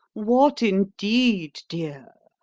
what indeed, dear?